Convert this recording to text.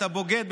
אתה בוגד.